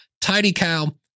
TidyCow